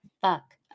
Fuck